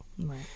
Right